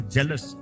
Jealous